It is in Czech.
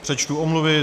Přečtu omluvy.